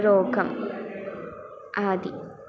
रोगम् आदि